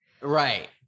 Right